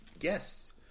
Yes